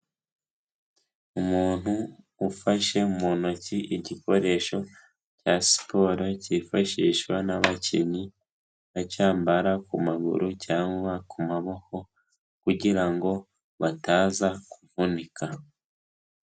Umuntu ufashe mu ntoki igikoresho cya siporo cyifashishwa n'abakinnyi, bacyambara ku maguru cyangwa ku maboko kugira ngo bataza kuvunika.